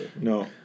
No